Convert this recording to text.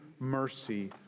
mercy